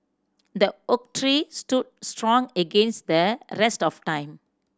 the oak tree stood strong against the rest of time